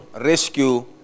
rescue